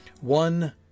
one